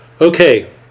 Okay